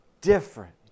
different